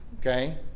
Okay